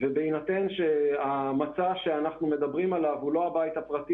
בהינתן שהמצע שאנחנו מדברים עליו הוא לא בית פרטי